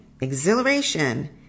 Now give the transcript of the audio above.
exhilaration